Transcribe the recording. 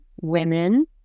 women